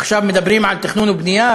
עכשיו מדברים על תכנון ובנייה,